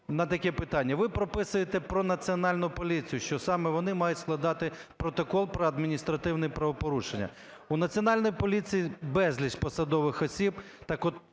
Ви прописуєте про Національну поліцію, що саме вони мають складати протокол про адміністративне правопорушення. У Національної поліції безліч посадових осіб,